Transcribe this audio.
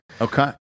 Okay